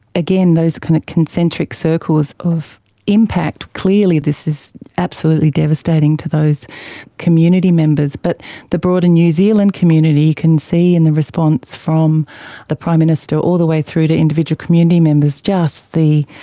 again, those kind of concentric circles of impact, clearly this is absolutely devastating to those community members. but the broader new zealand community, you can see, and the response from the prime minister all the way through to individual community members, just the